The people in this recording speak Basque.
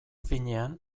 finean